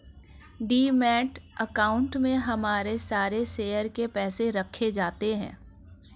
demat account में हमारे सारे शेयर के पैसे रखे जाते हैं